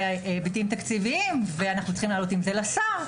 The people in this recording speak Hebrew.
היבטים תקציביים ואנחנו צריכים לעלות עם זה לשר.